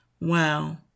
wow